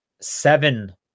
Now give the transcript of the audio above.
seven